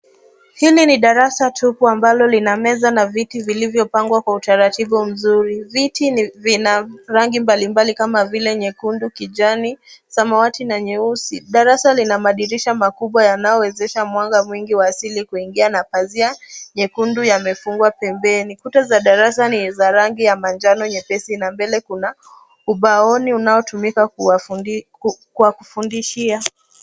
Hili ni darasa tupu amabalo lina meza na viti vilivyopangwa kwa utaratibu mzuri. Viti vina rangi mbalimbali kwa vile nyekundu, kijani, samawati na nyeusi. Darasa lina madirisha makubwa yanayowezesha mwanga mwingi wa asili kuingia na pazia nyekundu yamefungwa pembeni. Kuta za darasa ni za rangi ya majano nyepesi na mbele kuna ubaoni unaotumika kwa kufundishia.